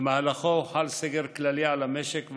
שבמהלכם חל סגר כללי על המשק,